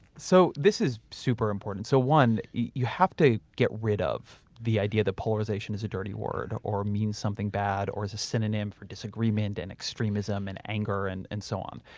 so this is super important. so one, you have to get rid of the idea that polarization is a dirty word or means something bad or is a synonym for disagreement and extremism and anger and and so on,